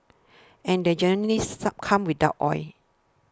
and they generally come without oil